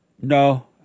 No